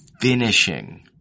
finishing